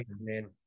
man